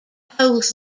holds